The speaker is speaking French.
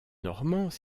normands